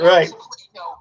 Right